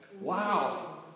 Wow